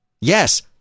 Yes